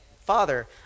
father